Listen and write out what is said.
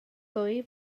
ddwy